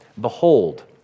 behold